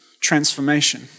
transformation